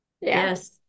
Yes